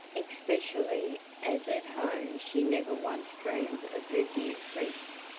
especially as at home she never once dreamed of her dear prince,